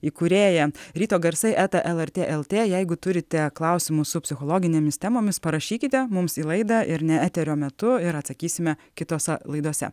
įkūrėja ryto garsai eta lrt lt jeigu turite klausimų su psichologinėmis temomis parašykite mums į laidą ir ne eterio metu ir atsakysime kitose laidose